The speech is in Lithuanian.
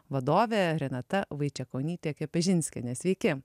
vadovė renata vaičekonytė kepežinskienė sveiki